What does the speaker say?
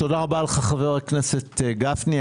תודה רבה לך, חבר הכנסת גפני.